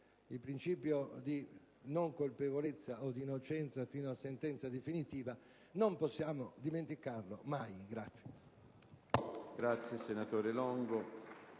il principio di non colpevolezza o di innocenza fino a sentenza definitiva non possiamo dimenticarlo mai.